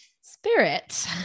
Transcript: spirit